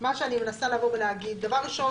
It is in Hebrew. מה שאני מנסה לבוא ולהגיד הוא דבר ראשון